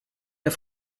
der